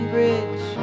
Bridge